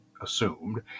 assumed